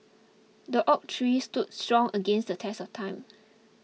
the oak tree stood strong against the test of time